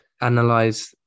analyze